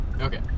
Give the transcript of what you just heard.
Okay